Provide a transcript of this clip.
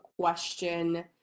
question